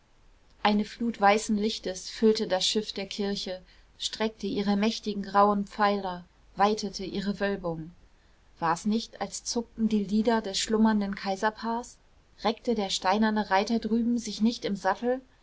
eine flut weißen lichtes füllte das schiff der kirche streckte ihre mächtigen grauen pfeiler weitete ihre wölbung war's nicht als zuckten die lider des schlummernden kaiserpaars reckte der steinerne reiter drüben sich nicht im sattel